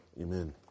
Amen